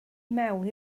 mewn